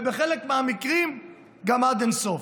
ובחלק מהמקרים גם עד אין סוף.